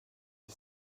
des